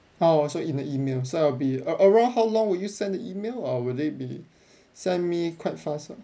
oh also in the email so I'll be a~ around how long will you send the email or will it be sent me quite fast lah